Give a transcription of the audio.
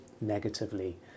negatively